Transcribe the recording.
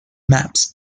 maps